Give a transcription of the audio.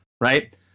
right